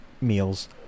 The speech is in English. meals